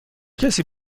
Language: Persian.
کسی